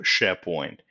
SharePoint